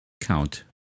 count